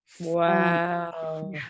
Wow